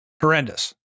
Horrendous